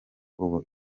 ubu